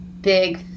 big